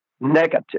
negative